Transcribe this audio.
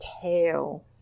tail